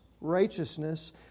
righteousness